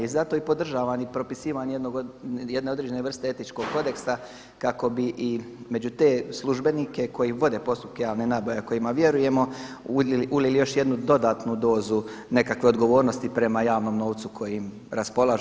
I zato i podržavam i propisivanje jedne određene vrste etičkog kodeksa kako bi i među te službenike koji vode postupke javne nabave a kojima vjerujemo ulili još jednu dodatnu dozu nekakve odgovornosti prema javnom novcu kojim raspolaže.